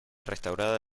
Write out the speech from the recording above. restaurada